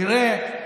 תראה,